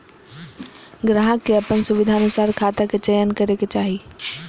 ग्राहक के अपन सुविधानुसार खाता के चयन करे के चाही